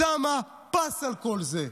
שמה פס על כל זה.